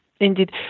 indeed